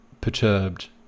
perturbed